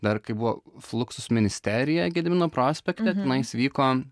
dar kai buvo fluksus ministerija gedimino prospekte tenais vyko